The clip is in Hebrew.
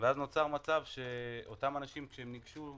ואז נוצר מצב שאותם אנשים, כשהם ניגשו